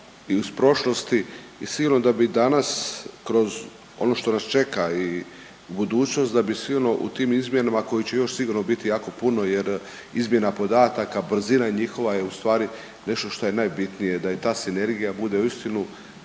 i uz prošlosti i sigurno da bi danas kroz ono što nas čeka i budućnost da bi sigurno u tim izmjenama kojih će još biti sigurno jako puno jer izmjena podataka, brzina njihova je ustvari nešto što je najbitnije da i ta sinergija bude uistinu